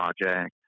project